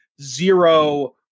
zero